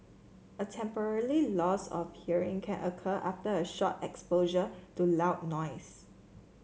a temporarily loss of hearing can occur after a short exposure to loud noise